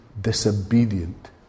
disobedient